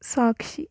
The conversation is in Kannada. ಸಾಕ್ಷಿ